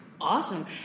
Awesome